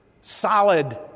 solid